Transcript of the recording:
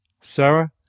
Sarah